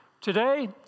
Today